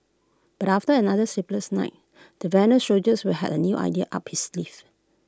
but after another sleepless night the veteran soldiers were had A new idea up his sleeve